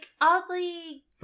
oddly